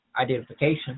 identification